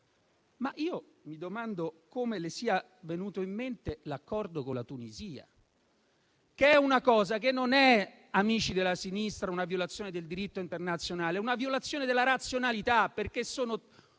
Ma io mi domando come le sia venuto in mente l'accordo con la Tunisia. È una cosa che non è, amici della sinistra, una violazione del diritto internazionale, ma una violazione della razionalità, perché sono